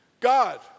God